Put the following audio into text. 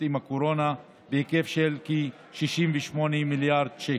עם הקורונה בהיקף של כ-68 מיליארד שקל,